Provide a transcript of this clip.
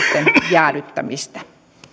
jäädyttämistä